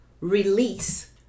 release